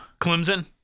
Clemson